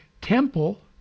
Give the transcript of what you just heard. temple